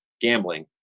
gambling